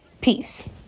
Peace